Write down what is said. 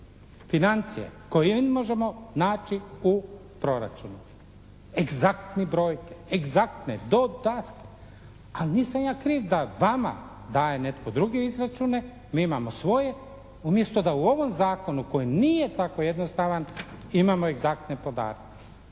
Financije koje mi ne možemo naći u proračunu. Egzaktni broj, egzaktne do …/Govornik se ne razumije./… Pa nisam ja kriv da vama daje netko drugi izračune, mi imamo svoje. Umjesto da u ovom zakonu koji nije tako jednostavan imamo tako egzaktne podatke.